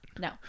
No